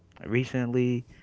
recently